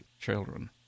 children